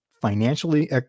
financially